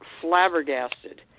flabbergasted